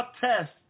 test